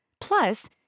Plus